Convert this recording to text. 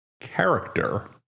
character